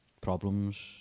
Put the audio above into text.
problems